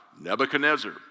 Nebuchadnezzar